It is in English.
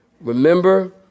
Remember